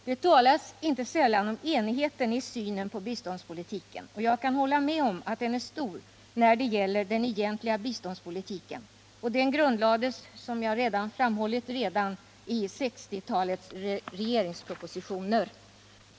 Det talas inte sällan om enigheten i synen på biståndspolitiken. Och jag kan hålla med om att den är stor när det gäller den egentliga biståndspolitiken, och den grundlades, som jag framhållit, redan i 1960-talets regeringspropositioner.